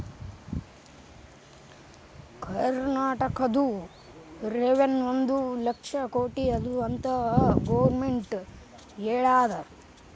ಕರ್ನಾಟಕದು ರೆವೆನ್ಯೂ ಒಂದ್ ಲಕ್ಷ ಕೋಟಿ ಅದ ಅಂತ್ ಗೊರ್ಮೆಂಟ್ ಹೇಳ್ಯಾದ್